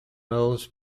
mills